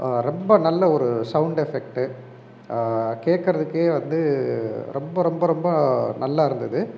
ரொம்ப நல்ல ஒரு சவுண்டு எஃபெக்ட்டு கேட்கறதுக்கே வந்து ரொம்ப ரொம்ப ரொம்ப நல்லாயிருந்தது